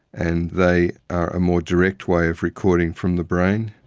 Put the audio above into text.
and they are a more direct way of recording from the brain.